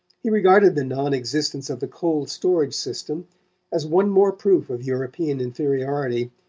he regarded the non-existence of the cold-storage system as one more proof of european inferiority,